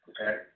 Okay